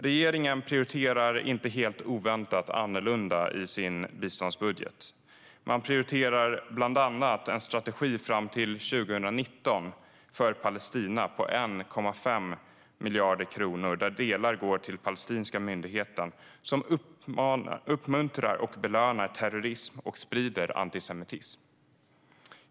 Regeringen prioriterar, inte helt oväntat, annorlunda i sin biståndsbudget. Man prioriterar bland annat en strategi fram till 2019 för Palestina. Det handlar om 1,5 miljarder kronor, där delar går till Palestinska myndigheten, som uppmuntrar och belönar terrorism och sprider antisemitism.